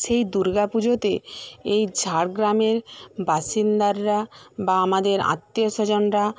সেই দুর্গা পুজোতে এই ঝাড়গ্রামের বাসিন্দারা বা আমাদের আত্মীয়স্বজনরা